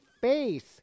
face